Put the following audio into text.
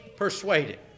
Persuaded